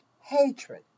Hatred